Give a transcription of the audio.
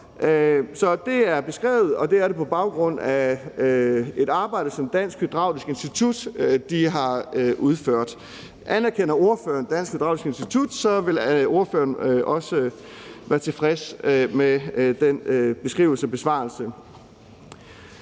Så det er beskrevet, og det er det på baggrund af et arbejde, som Dansk Hydraulisk Institut har udført. Anerkender ordføreren Dansk Hydraulisk Institut, vil ordføreren også være tilfreds med den beskrivelse og besvarelse.